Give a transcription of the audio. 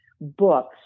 books